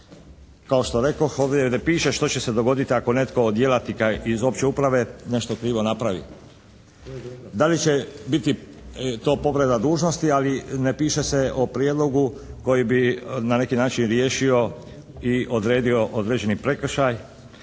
kao što rekoh, ovdje ne piše što će se dogoditi ako netko od djelatnika iz opće uprave nešto krivo napravi. Da li će biti to povreda dužnosti, ali ne piše se o prijedlogu koji bi na neki način riješio i odredio određeni prekršaj